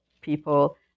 people